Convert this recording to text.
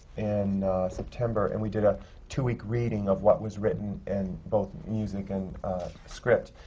in september, and we did a two-week reading of what was written in both music and script.